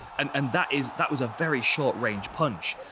and and that is that was a very short range punch.